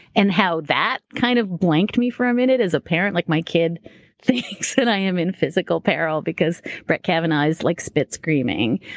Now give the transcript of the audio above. and how that kind of blanked me for a minute as a parent. like, my kid thinks that i am in physical peril because brett kavanaugh is like spit screaming.